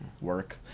Work